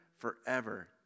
forever